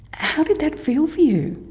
how did that feel for you?